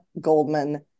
Goldman